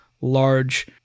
large